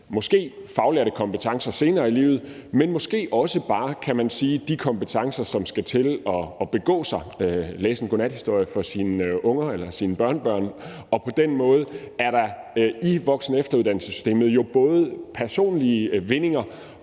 som faglært senere i livet, men måske også bare de kompetencer, som skal til for at begå sig; læse en godnathistorie for sine unger eller for sine børnebørn. Og på den måde er der i voksen- og efteruddannelsessystemet jo både personlige vindinger